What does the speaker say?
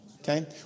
Okay